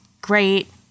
great